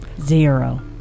zero